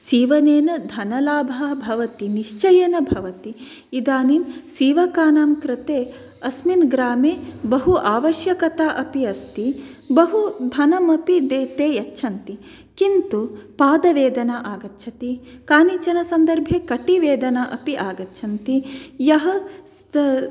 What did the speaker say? सीवनेन धनलाभः भवति निश्चयेन भवति इदानीं सीवकानां कृते अस्मिन् ग्रामे बहु आवश्यकता अपि अस्ति बहु धनमपि ते यच्छन्ति किन्तु पादवेदना आगच्छति कानिचन सन्दर्थे कटिवेदना अपि आगच्छन्ति यः